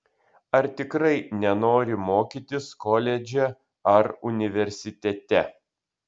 ar tikrai nenori mokytis koledže ar universitete